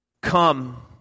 come